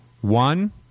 one